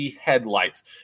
headlights